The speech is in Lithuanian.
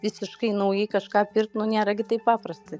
visiškai naujai kažką pirkt nu nėra gi taip paprasta